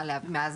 מאז